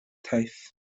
taith